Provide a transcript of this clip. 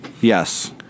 Yes